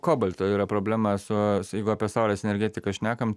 kobalto yra problema su jeigu apie saulės energetiką šnekam